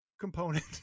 component